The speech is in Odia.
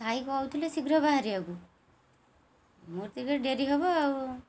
ଭାଇ କହୁଥିଲେ ଶୀଘ୍ର ବାହାରିବାକୁ ମୋର ଟିକେ ଡେରି ହବ ଆଉ